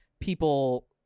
people